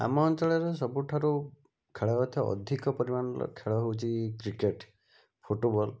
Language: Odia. ଆମ ଅଞ୍ଚଳରେ ସବୁଠାରୁ ଖେଳା ହେଉଥିବା ଅଧିକ ପରିମାଣରେ ଖେଳ ହେଉଛି କ୍ରିକେଟ୍ ଫୁଟବଲ୍